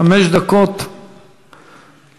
חמש דקות לרשותך.